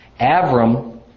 Avram